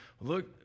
Look